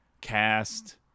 cast